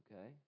okay